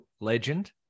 legend